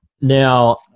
Now